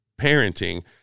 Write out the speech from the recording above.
parenting